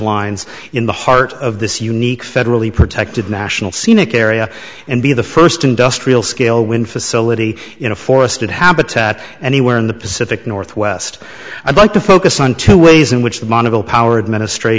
lines in the heart of this unique federally protected national scenic area and be the first industrial scale wind facility in a forested habitat anywhere in the pacific northwest i'd like to focus on two ways in which the monocle power administrat